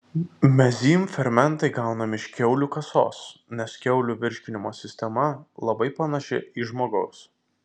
mezym fermentai gaunami iš kiaulių kasos nes kiaulių virškinimo sistema labai panaši į žmogaus